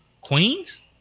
queens